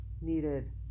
needed